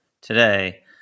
today